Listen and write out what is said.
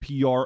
PR